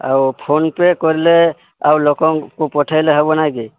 ଆଉ PhonePe କରିଲେ ଆଉ ଲୋକଙ୍କୁ ପଠାଇଲେ ହବ ନାଇକି